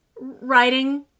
writing